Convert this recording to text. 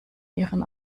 ihren